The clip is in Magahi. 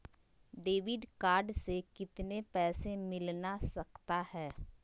डेबिट कार्ड से कितने पैसे मिलना सकता हैं?